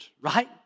right